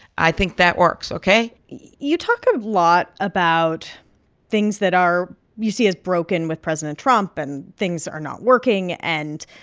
i think that works ok you talk a lot about things that are you see as broken with president trump and things are not working. and